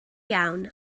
iawn